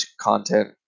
content